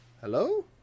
Hello